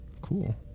Cool